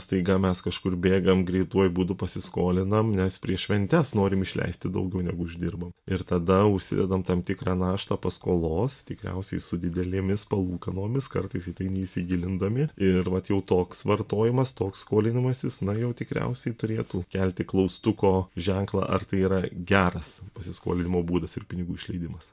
staiga mes kažkur bėgam greituoju būdu pasiskolinam nes prieš šventes norim išleisti daugiau negu uždirbam ir tada užsidedam tam tikrą naštą paskolos tikriausiai su didelėmis palūkanomis kartais į tai neįsigilindami ir vat jau toks vartojimas toks skolinimasis na jau tikriausiai turėtų kelti klaustuko ženklą ar tai yra geras pasiskolinimo būdas ir pinigų išleidimas